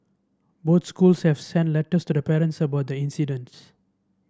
both schools have sent letters to the parents about the incidents